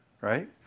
right